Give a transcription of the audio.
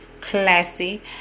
classy